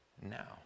now